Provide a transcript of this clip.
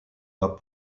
bas